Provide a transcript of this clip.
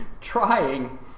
trying